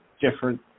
different